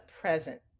present